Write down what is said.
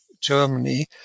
Germany